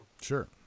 Sure